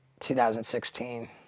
2016